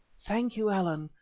thank you, allan,